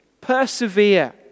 Persevere